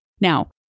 Now